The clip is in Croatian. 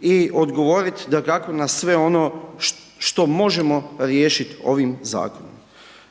i odgovoriti dakako na sve ono što možemo riješiti ovim zakonom.